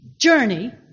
journey